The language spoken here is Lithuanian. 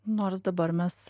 nors dabar mes